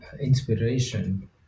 inspiration